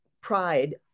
pride